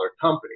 company